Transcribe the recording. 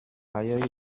ailleurs